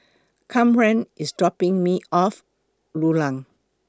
Kamren IS dropping Me off Rulang